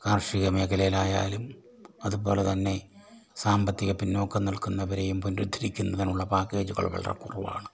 കാർഷിക മേഖലയിലായാലും അതുപോലെതന്നെ സാമ്പത്തിക പിന്നോക്കം നിൽക്കുന്നവരെയും പുനരുദ്ധരിക്കുന്നതിനുള്ള പാക്കേജുകൾ വളരെ കുറവാണ്